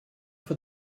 for